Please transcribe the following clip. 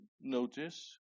notice